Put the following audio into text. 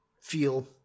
Feel